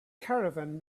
caravan